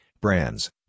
Brands